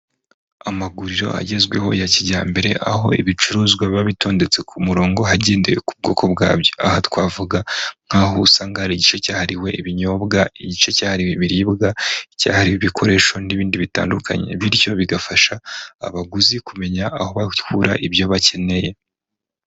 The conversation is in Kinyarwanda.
Amaguriro agezweho ya kijyambere aho ibicuruzwa biba bitondetse ku murongo hagendewe ku bwoko bwabyo aha twavuga nk'aho usanga hari igice cyahariwe ibinyobwa, igice cyahariwe ibiribwa, igice ,cyahariwe ibikoresho n'ibindi bitandukanye bityo bigafasha abaguzi kumenya aho bakura ibyo bakeneye.